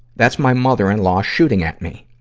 that's my mother-in-law shooting at me.